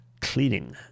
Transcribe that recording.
cleaning